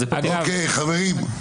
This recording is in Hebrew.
חברים,